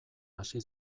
hasi